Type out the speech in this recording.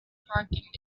parking